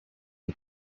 the